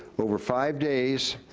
over five days,